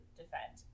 defend